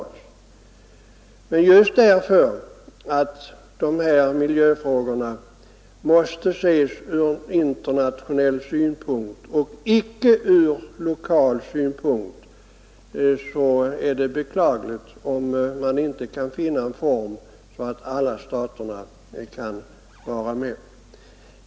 Men just därför att de här miljöfrågorna måste ses ur internationell synpunkt och icke ur lokal synpunkt är det beklagligt om man inte kan finna en form så att alla stater kan vara med.